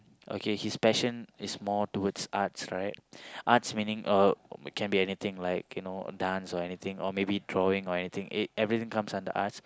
okay his passion is more towards arts right arts meaning uh can be anything like you know dance or anything or maybe drawing or anything e~ everything comes under arts